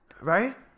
right